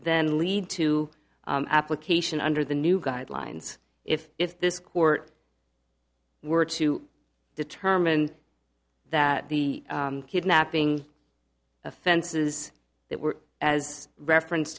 then lead to application under the new guidelines if if this court were to determine that the kidnapping offenses that were as reference